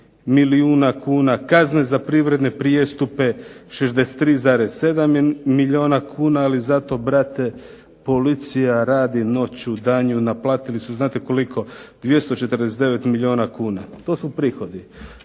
milijuna kuna, kazne za privredne prijestupe 63,7 milijuna kuna. Ali zato brate policija radi noću, danju naplatili su znate koliko 249 milijuna kuna. To su prihodi.